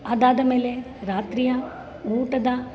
ಅದಾದಮೇಲೆ ರಾತ್ರಿಯ ಊಟದ